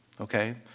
Okay